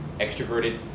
extroverted